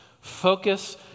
Focus